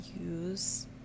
use